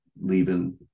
leaving